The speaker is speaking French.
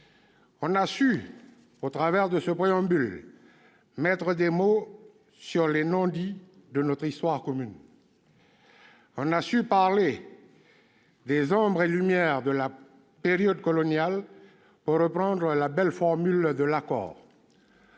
On a su, au travers de ce préambule, mettre des mots sur les non-dits de notre histoire commune. On a su parler des « ombres et lumières » de la période coloniale pour reprendre la belle formule de l'accord.